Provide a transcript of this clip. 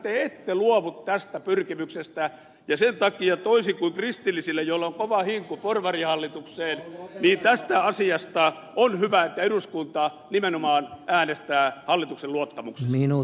te ette luovu tästä pyrkimyksestä ja sen takia toisin kuin kristillisten mielestä joilla on kova hinku porvarihallitukseen tässä asiassa on hyvä että eduskunta nimenomaan äänestää hallituksen luottamuksesta